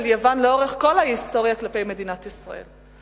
יוון לאורך כל ההיסטוריה כלפי מדינת ישראל.